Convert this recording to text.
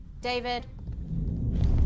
David